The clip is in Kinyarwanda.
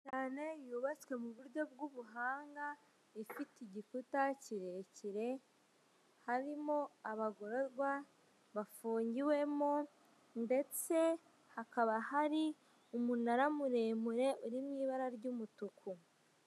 Cyane yubatswe muburyo bw'ubuhanga ifite igikuta kirekire, harimo abagororwa bafungiwemo ndetse hakaba hari umunara muremure uri mu ibara ry'umutuku.